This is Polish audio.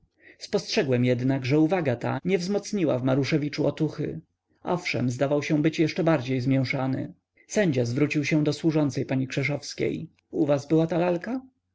jednak że uwaga ta nie wzmocniła w maruszewiczu otuchy owszem zdawał się być jeszcze bardziej zmięszany sędzia zwrócił się do służącej pani krzeszowskiej u was była ta lalka